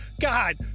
God